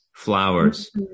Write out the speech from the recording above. Flowers